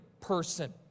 person